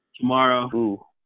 tomorrow